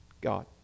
God